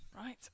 Right